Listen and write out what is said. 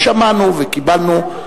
ושמענו וקיבלנו,